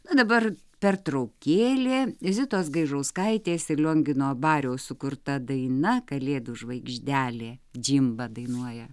na dabar pertraukėlė zitos gaižauskaitės ir liongino abariaus sukurta daina kalėdų žvaigždelė džimba dainuoja